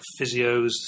physios